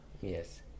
Yes